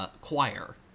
choir